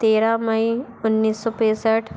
तेरह मई उन्नीस सौ पैंसठ